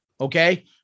Okay